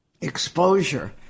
exposure